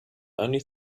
only